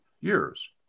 years